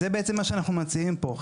זה בעצם מה שאנחנו מציעים פה.